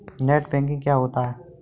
Net banking क्या होता है?